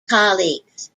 colleagues